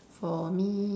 for me